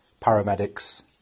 paramedics